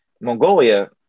Mongolia